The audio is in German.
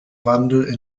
wandel